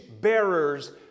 bearers